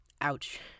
Ouch